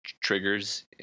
triggers